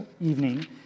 evening